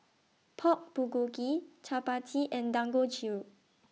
Pork Bulgogi Chapati and Dangojiru